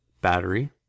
battery